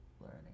learning